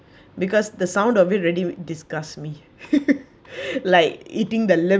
because the sound of it really disgusts me like eating the liver